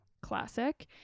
classic